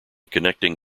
connected